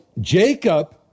Jacob